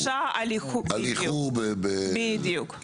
על איחור בדיוק.